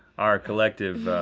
our collective,